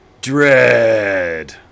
Dread